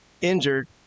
injured